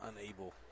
unable